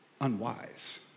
unwise